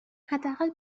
حداقل